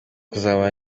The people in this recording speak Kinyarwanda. kuzamura